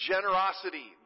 Generosity